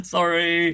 Sorry